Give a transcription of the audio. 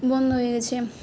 বন্ধ হয়ে গেছে